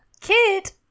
Kit